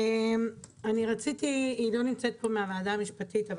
היא לא נמצאת פה נציגת משרד המשפטים.